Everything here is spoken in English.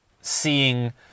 seeing